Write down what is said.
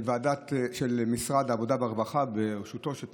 ועדה של משרד העבודה והרווחה בראשותו של פרופ'